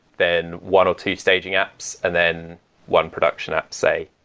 then one or two staging apps and then one production app, say.